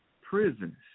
prisons